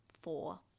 four